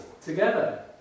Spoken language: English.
together